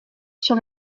sur